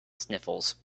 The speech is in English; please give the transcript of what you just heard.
sniffles